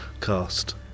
cast